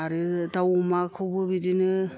आरो दाव अमाखौबो बिदिनो